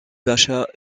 pacha